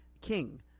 king